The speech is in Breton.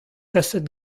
kaset